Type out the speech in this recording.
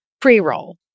pre-roll